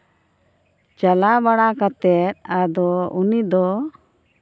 ᱪᱟᱞᱟᱣ ᱵᱟᱲᱟ ᱠᱟᱛᱮ ᱟᱫᱚ ᱩᱱᱤ ᱫᱚ